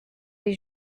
des